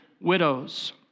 widows